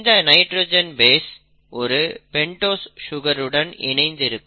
இந்த nitrogen base ஒரு pentose சுகருடன் இணைந்து இருக்கும்